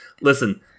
listen